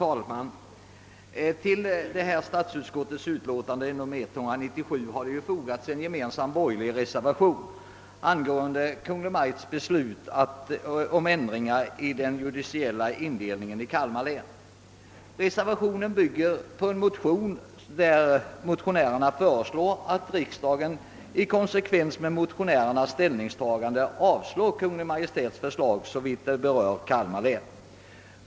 Herr talman! Till statsutskottets förevarande utlåtande nr 197 har fogats en gemensam borgerlig reservation som gäller Kungl. Maj:ts förslag om ändringar i den judiciella indelningen i Kalmar län. Reservationen bygger på en motion, i vilken föreslagits att riksdagen avslår Kungl. Maj:ts förslag såvitt det berör Kalmar län.